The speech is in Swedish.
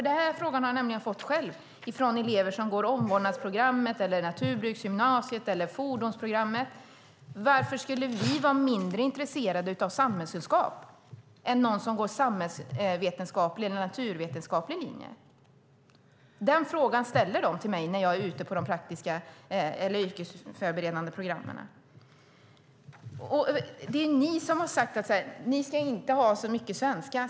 Den frågan har jag nämligen själv fått från elever som går omvårdnadsprogrammet, naturbruksgymnasiet eller fordonsprogrammet: Varför skulle vi vara mindre intresserade av samhällskunskap än någon som går samhällsvetenskapligt eller naturvetenskapligt program? Den frågan ställer de till mig när jag är ute på de yrkesförberedande programmen. Det är ni som har sagt att de inte ska ha så mycket svenska.